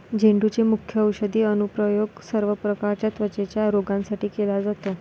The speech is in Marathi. झेंडूचे मुख्य औषधी अनुप्रयोग सर्व प्रकारच्या त्वचेच्या रोगांसाठी केला जातो